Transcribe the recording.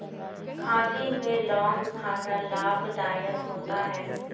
खांसी में लौंग खाना लाभदायक होता है